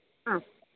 ആ